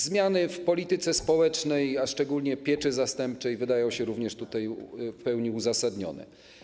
Zmiany w polityce społecznej, a szczególnie pieczy zastępczej wydają się również w pełni uzasadnione.